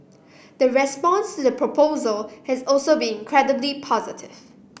the response to the proposal has also been incredibly positive